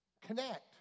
connect